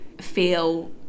feel